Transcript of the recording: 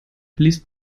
liest